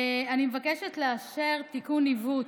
אני מבקשת לאשר תיקון עיוות.